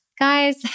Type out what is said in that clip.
Guys